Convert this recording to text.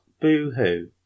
boo-hoo